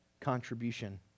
contribution